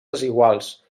desiguals